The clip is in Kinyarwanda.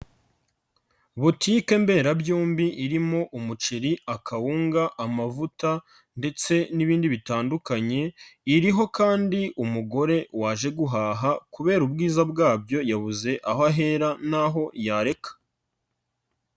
Butike mberabyombi irimo umuceri, akawunga, amavuta ndetse n'ibindi bitandukanye, iriho kandi umugore waje guhaha kubera ubwiza bwabyo yabuze aho ahera n'aho yareka.